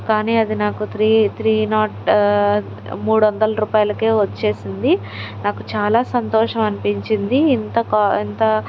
కానీ అది నాకు త్రీ త్రీ నాట్ మూడు వందల రూపాయలకు వచ్చింది నాకు చాలా సంతోషం అనిపించింది ఇంత క ఇంత